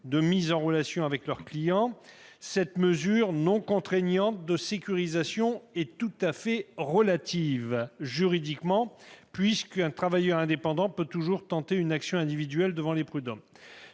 de mise en relation avec leurs clients, cette mesure non contraignante de sécurisation est tout à fait relative juridiquement, puisqu'un travailleur indépendant peut toujours tenter une action individuelle devant les prud'hommes.